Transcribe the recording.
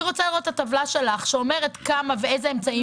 אני רוצה לראות את הטבלה שלך שאומרת כמה ואיזה אמצעים.